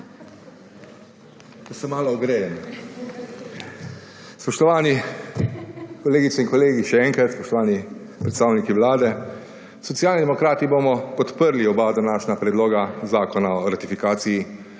BAKOVIĆ (PS SD): Spoštovani kolegice in kolegi, še enkrat. Spoštovani predstavniki Vlade! Socialni demokrati bomo podprli oba današnja predloga zakona o ratifikaciji